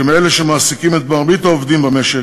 שהם שמעסיקים את מרבית העובדים במשק,